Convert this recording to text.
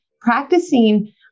practicing